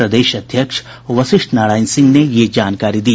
प्रदेश अध्यक्ष वशिष्ठ नारायण सिंह ने यह जानकारी दी